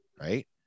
Right